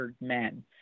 men